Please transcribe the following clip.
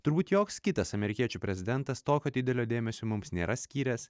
turbūt joks kitas amerikiečių prezidentas tokio didelio dėmesio mums nėra skyręs